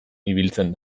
ibiltzen